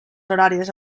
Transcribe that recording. horàries